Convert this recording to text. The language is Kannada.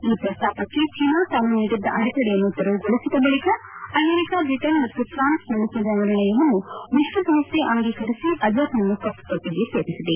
ಈ ಪ್ರಸ್ತಾಪಕ್ಕೆ ಚೀನಾ ತಾನು ನೀಡಿದ್ದ ಅಡೆತಡೆಯನ್ನು ತೆರವುಗೊಳಿಸಿದ ಬಳಕ ಅಮೆರಿಕ ಬ್ರಿಟನ್ ಮತ್ತು ಫ್ರಾನ್ಸ್ ಮಂಡಿಸಿದ ನಿರ್ಣಯವನ್ನು ವಿಶ್ವಸಂಸ್ಥೆ ಅಂಗೀಕರಿಸಿ ಅಜರ್ನನ್ನು ಕಪ್ಪುಪಟ್ಟಿಗೆ ಸೇರಿಸಿದೆ